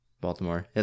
Baltimore